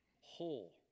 whole